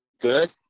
Good